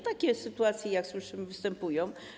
Takie sytuacje, jak słyszymy, występują.